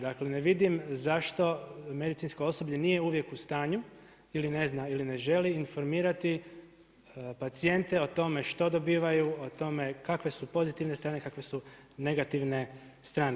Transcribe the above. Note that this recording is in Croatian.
Dakle, ne vidim zašto medicinsko osoblje nije uvijek u stanju ili ne zna ili ne želi informirati pacijente o tome što dobivaju, o tome kakve su pozitivne strane, kakve su negativne strane.